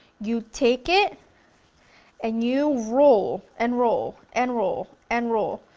you take it and you roll and roll and roll and roll.